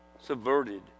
subverted